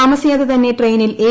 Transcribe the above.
താമസിയാതെ തന്നെ ട്രെയിനിൽ എ